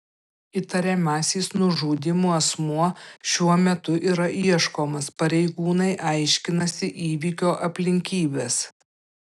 įtariamasis nužudymu asmuo šiuo metu yra ieškomas pareigūnai aiškinasi įvykio aplinkybes